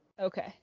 okay